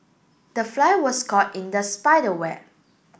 the fly was caught in the spider web